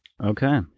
Okay